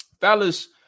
fellas